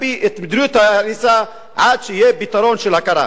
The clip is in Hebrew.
ולהקפיא את מדיניות ההריסה עד שיהיה פתרון של הכרה.